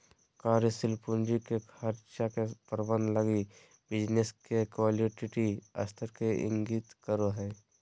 कार्यशील पूंजी के खर्चा के प्रबंधन लगी बिज़नेस के लिक्विडिटी स्तर के इंगित करो हइ